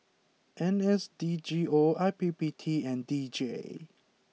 N S D G O I P P T and D J